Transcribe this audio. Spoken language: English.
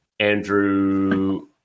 Andrew